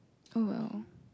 oh well